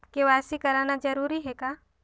KYC कराना जरूरी है का?